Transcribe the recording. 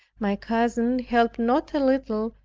my cousin helped not a little,